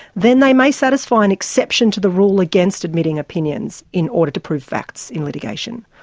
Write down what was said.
then they may satisfy an exception to the rule against admitting opinions in order to prove facts in litigation.